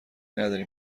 ندارین